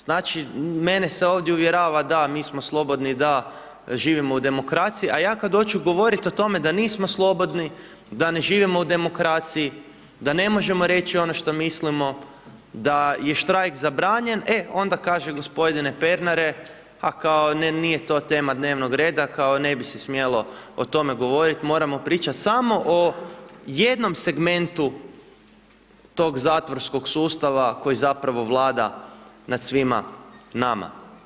Znači mene se ovdje uvjerava da, mi smo slobodni, da živimo u demokraciji, a ja kada hoću govoriti o tome da nismo slobodni, da ne živimo u demokraciji, da ne možemo reći ono što mislimo, da je štrajk zabranjen, e onda kaže gospodine Pernare, a kao ne, nije to tema dnevnog reda, ne bi se smjelo o tome govoriti, moramo pričati samo o jednom segmentu tog zatvorskog sustava koji zapravo vlada nad svima nama.